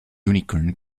unicorn